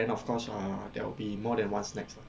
then of course uh there will be more than one snacks